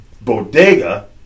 Bodega